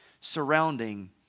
surrounding